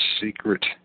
secret